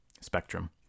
spectrum